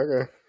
okay